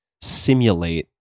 simulate